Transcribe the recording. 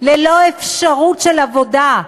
ללא אפשרות של עבודה?